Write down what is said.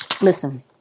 Listen